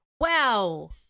Wow